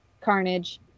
Carnage